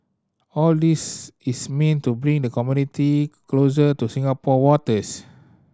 all this is meant to bring the community closer to Singapore waters